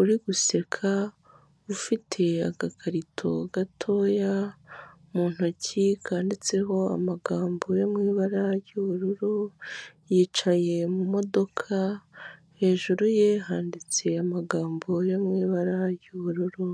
uri noguseka ufite agakarito gatoya mu ntoki kandinditseho amagambo yo mu ibara ry'ubururu yicaye mumodoka hejuru ye handitse amagambo yo mu ibara ry'ubururu.